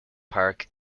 park